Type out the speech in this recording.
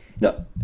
no